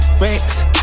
Rex